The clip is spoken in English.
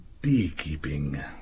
beekeeping